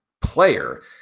player